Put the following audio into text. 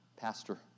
Pastor